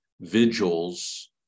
vigils